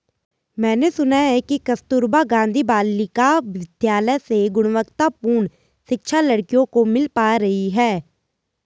मैंने सुना है कि कस्तूरबा गांधी बालिका विद्यालय से गुणवत्तापूर्ण शिक्षा लड़कियों को मिल पा रही है